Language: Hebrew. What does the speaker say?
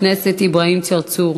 הדובר הבא, חבר הכנסת אברהם מיכאלי.